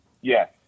yes